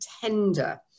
tender